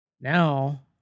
Now